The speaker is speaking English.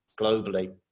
globally